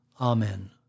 Amen